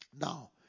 Now